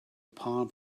palm